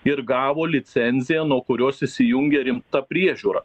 ir gavo licenziją nuo kurios įsijungia rimta priežiūra